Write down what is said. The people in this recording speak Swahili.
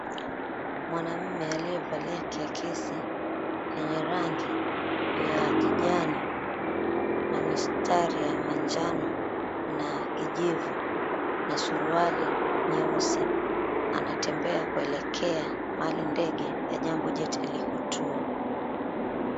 Mwanaume aliyevalia kiakisi yenye rangi ya kijani na mistari ya manjano na kijivu na suruali nyeusi anatembea kuelekea mahali ndege ya Jambojet ilipotua.